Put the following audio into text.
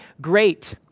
great